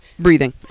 breathing